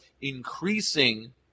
increasing